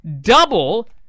double